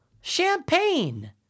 Champagne